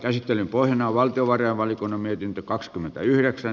käsittelyn pohjana on valtiovarainvaliokunnan mietintö kakskymmentä yhdeksän